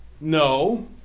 No